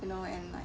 you know and like